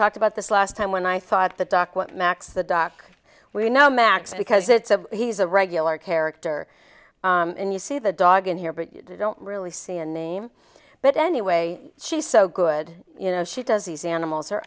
talked about this last time when i thought the doc what max the doc we know max because it's a he's a regular character and you see the dog in here but you don't really see a name but anyway she's so good you know she does these animals are